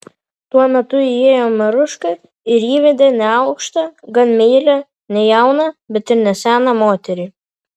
tuo metu įėjo maruška ir įvedė neaukštą gan meilią ne jauną bet ir ne seną moterį